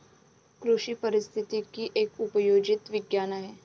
कृषी पारिस्थितिकी एक उपयोजित विज्ञान आहे